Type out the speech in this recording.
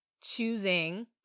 Choosing